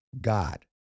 God